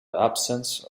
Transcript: absence